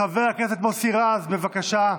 חבר הכנסת מוסי רז, בבקשה.